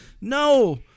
No